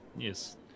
Yes